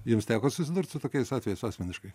jums teko susidurt su tokiais atvejais asmeniškai